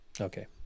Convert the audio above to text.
Okay